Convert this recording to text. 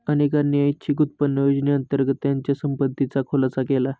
अनेकांनी ऐच्छिक उत्पन्न योजनेअंतर्गत त्यांच्या संपत्तीचा खुलासा केला